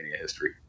history